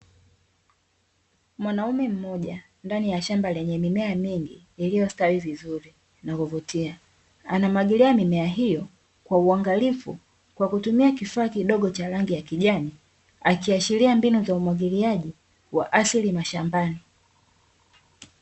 Mwanaume mmoja ndani ya shamba lenye mimea mingi iliyostawi vizuri na kuvutia, anamwagilia mimea hiyo Kwa uangalifu, Kwa kutumia kifaa kidogo cha rangi ya kijani, akiashiria mbinu za umwagiliaji wa asili mashambani.